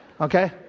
Okay